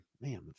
Man